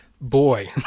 boy